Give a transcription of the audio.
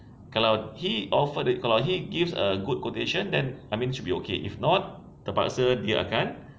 kalau he of~ kalau he gives a good quotation then I mean should be okay if not terpaksa dia akan